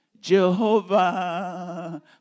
Jehovah